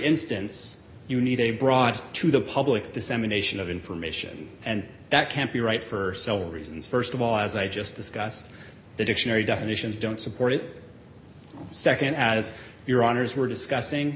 instance you need a broad to the public dissemination of information and that can't be right for several reasons st of all as i just discussed the dictionary definitions don't support it second as your honors were discussing